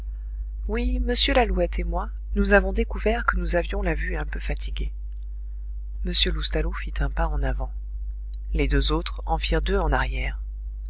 oui m lalouette et moi nous avons découvert que nous avions la vue un peu fatiguée m loustalot fit un pas en avant les deux autres en firent deux en arrière